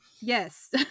Yes